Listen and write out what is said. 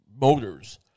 motors